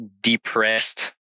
depressed